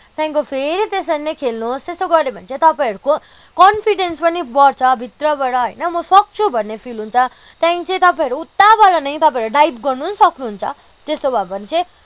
त्यहाँदेखिको फेरि त्यसरी नै खेल्नुहोस् त्यस्तो गर्यो भने चाहिँ तपाईँहरूको कन्फिडेन्स पनि बढ्छ भित्रबाट होइन म सक्छु भन्ने फिल हुन्छ त्यहाँदेखि चाहिँ तपाईँहरू उताबाट नै तपाईँहरू डाइभ गर्नु नि सक्नुहुन्छ त्यस्तो भयो भने चाहिँ